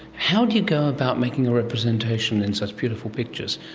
how do you go about making a representation in such beautiful pictures?